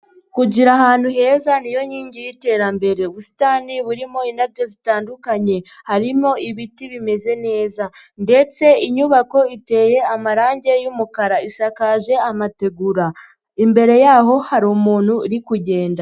Kugira ahantu heza ni yo nkingi y'iterambere, ubusitani burimo indabyo zitandukanye, harimo ibiti bimeze neza, ndetse inyubako iteye amarangi y'umukara, isakaje amategura, imbere yaho hari umuntu uri kugenda.